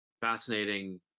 fascinating